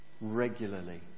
regularly